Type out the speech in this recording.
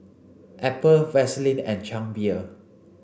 Apple Vaseline and Chang Beer